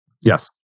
Yes